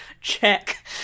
check